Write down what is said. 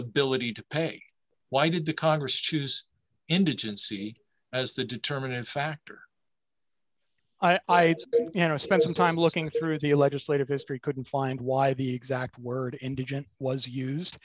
ability to pay why did the congress choose indigency as the determining factor i had you know spent some time looking through the legislative history couldn't find why the exact word indigent was used